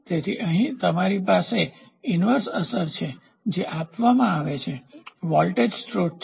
તેથી અહીં તમારી પાસે ઈન્વર્સ અસર છે જે આપવામાં આવે છે વોલ્ટેજ સ્રોત છે